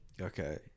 Okay